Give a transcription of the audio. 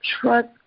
trust